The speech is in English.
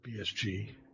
BSG